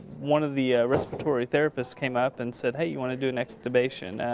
one of the respiratory therapists came up and said, hey you want to do an extubation?